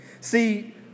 See